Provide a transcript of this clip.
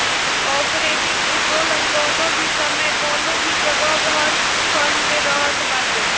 operating उत्तोलन कवनो भी समय कवनो भी जगह हर फर्म में रहत बाटे